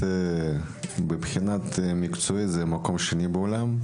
מבחינה מקצועית זה מקום שני בעולם,